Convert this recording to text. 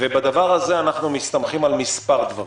ובדבר הזה אנחנו מסתמכים על מספר דברים.